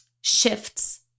shifts